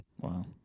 Wow